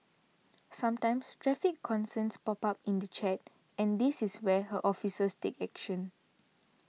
sometimes traffic concerns pop up in the chat and this is where her officers take action